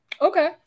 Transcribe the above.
Okay